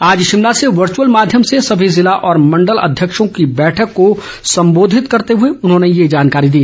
आज शिमला से वर्चुअल माध्यम से सभी ज़िला व मण्डल अध्यक्षों की बैठक को संबोधित करते हुए उन्होंने ये जानकारी दी